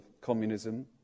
communism